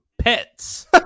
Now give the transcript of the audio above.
Pets